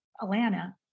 Alana